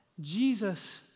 Jesus